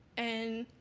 and